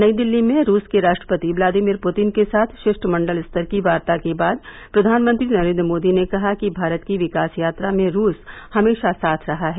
नई दिल्ली में रूस के राष्ट्रपति ब्लादिमीर पुतिन के साथ शिष्टमंडल स्तर की वार्ता के बाद प्रधानमंत्री नरेन्द्र मोदी ने कहा कि भारत की विकास यात्रा में रूस हमेशा साथ रहा है